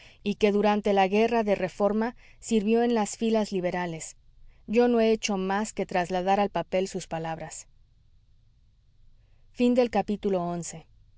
y que durante la guerra de reforma sirvió en las filas liberales yo no he hecho más que trasladar al papel sus palabras